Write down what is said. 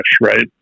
right